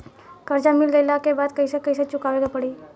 कर्जा मिल गईला के बाद कैसे कैसे चुकावे के पड़ी?